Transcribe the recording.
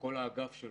וכל האגף שלו,